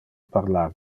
parlar